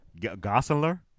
Gossler